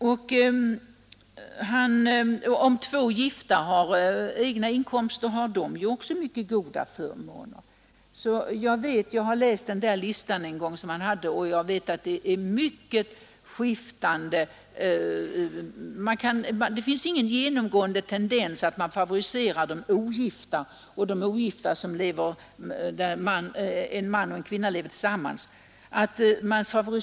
Om båda makarna har egna inkomster, har de också mycket goda förmåner. Jag har läst den lista som herr Burenstam Linder en gång redogjort för. Det finns inte någon genomgående tendens att favorisera de ogifta eller en familj där en man och kvinna lever tillsammans utan att vara gifta.